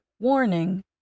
warning